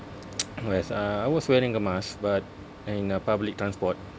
where as uh I was wearing a mask but in a public transport